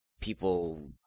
people